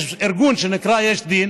יש ארגון שנקרא "יש דין".